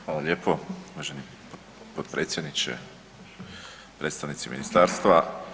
Hvala lijepo uvaženi potpredsjedniče i predstavnici ministarstva.